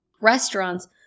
Restaurants